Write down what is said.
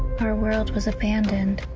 our world was abandoned.